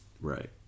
Right